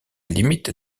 limite